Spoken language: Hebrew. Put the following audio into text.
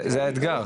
זה האתגר.